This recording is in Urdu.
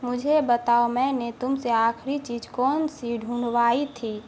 مجھے بتاؤ میں نے تم سے آخری چیز کون سی ڈھنڈوائی تھی